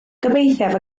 gobeithiaf